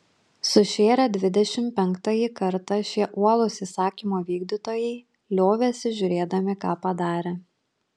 sušėrę dvidešimt penktąjį kartą šie uolūs įsakymo vykdytojai liovėsi žiūrėdami ką padarę